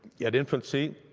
yeah at infancy,